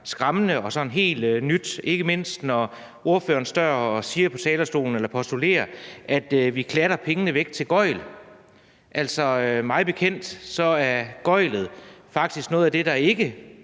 sådan helt nyt – ikke mindst, når ordføreren på talerstolen står og postulerer, at vi klatter pengene væk til gøgl. Altså, mig bekendt er gøgl faktisk noget af det, der ikke